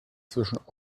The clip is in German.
zwischen